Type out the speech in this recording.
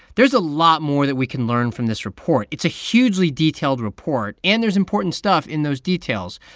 there's a lot more that we can learn from this report. it's a hugely detailed report, and there's important stuff in those details.